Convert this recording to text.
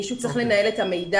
מישהו צריך לנהל את המידע,